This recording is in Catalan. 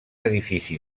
edifici